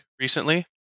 recently